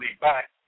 back